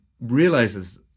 realizes